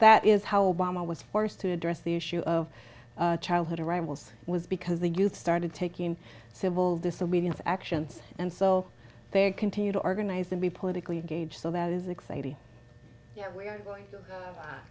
that is how i was forced to address the issue of childhood arrivals was because the youth started taking civil disobedience actions and so they continue to organize and be politically engaged so that is exciting